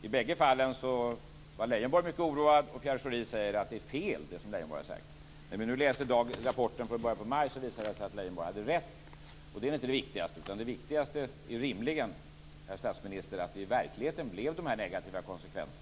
I bägge fallen var Lars Leijonborg mycket oroad, och Pierre Schori sade att det som Lars Leijonborg har sagt är fel. När vi nu läser rapporten från början av maj visar det sig att Lars Leijonborg hade rätt. Och det är inte det viktigaste, utan det viktigaste är rimligen, herr statsminister, att det i verkligheten fick dessa negativa konsekvenser.